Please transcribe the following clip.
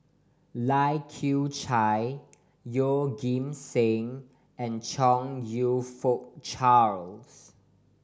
Lai Kew Chai Yeoh Ghim Seng and Chong You Fook Charles